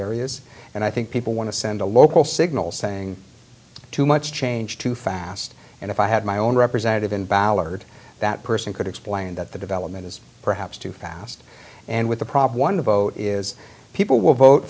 areas and i think people want to send a local signal saying too much change too fast and if i had my own representative in ballard that person could explain that the development is perhaps too fast and with the problem one vote is people will vote